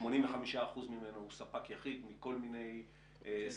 85% ממנו הוא ספק יחיד מכל מיני סיבות,